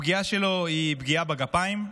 הפגיעה שלו היא פגיעה בגפיים.